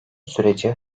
süreci